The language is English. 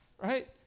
right